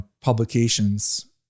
publications